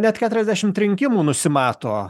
net keturiasdešimt rinkimų nusimato